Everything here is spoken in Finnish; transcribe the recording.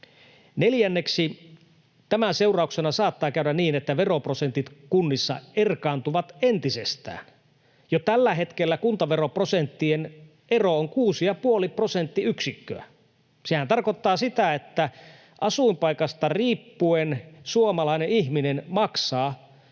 Neljänneksi, tämän seurauksena saattaa käydä niin, että veroprosentit kunnissa erkaantuvat entisestään. Jo tällä hetkellä kuntaveroprosenttien ero on 6,5 prosenttiyksikköä. Sehän tarkoittaa sitä, että asuinpaikasta riippuen suomalainen ihminen maksaa